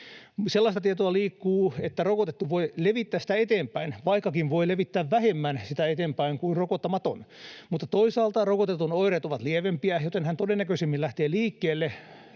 Sellaista tietoa liikkuu, että rokotettu voi levittää sitä eteenpäin, vaikkakin voi levittää sitä eteenpäin vähemmän kuin rokottamaton. Toisaalta rokotetun oireet ovat lievempiä, joten hän todennäköisemmin lähtee liikkeelle